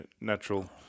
natural